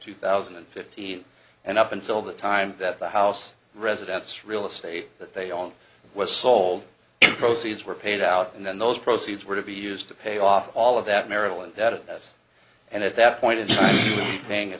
two thousand and fifteen and up until the time that the house residence real estate that they own was sold and proceeds were paid out and then those proceeds were to be used to pay off all of that maryland that yes and at that point in paying a